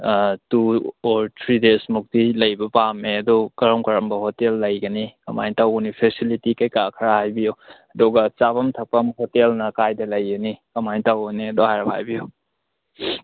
two or three days ꯃꯨꯛꯇꯤ ꯂꯩꯕ ꯄꯥꯝꯃꯦ ꯑꯗꯨ ꯀꯔꯝ ꯀꯔꯝꯕ ꯍꯣꯇꯦꯜ ꯂꯩꯒꯅꯤ ꯀꯃꯥꯏꯅ ꯇꯧꯒꯅꯤ ꯐꯦꯁꯤꯂꯤꯇꯤ ꯀꯩꯀꯥ ꯈꯔ ꯍꯥꯏꯕꯤꯌꯨ ꯑꯗꯨꯒ ꯆꯥꯐꯝ ꯊꯛꯐꯝ ꯍꯣꯇꯦꯜꯅ ꯀꯗꯥꯏꯗ ꯂꯩꯒꯅꯤ ꯀꯃꯥꯏꯅ ꯇꯧꯒꯅꯤ ꯑꯗꯨ ꯍꯥꯏꯔꯞ ꯍꯥꯏꯕꯤꯌꯨ